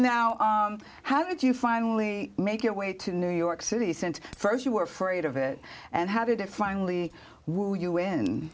now how did you finally make your way to new york city sense st you were afraid of it and how did it finally will you win